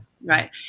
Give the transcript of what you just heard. right